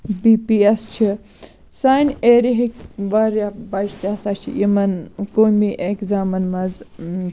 B P S چھِ سانہِ area ہٕکۍ واریاہ بَچہٕ تہِ ہَسا چھِ یِمن قومی ایٚکزامَن مَنٛز